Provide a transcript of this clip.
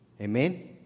Amen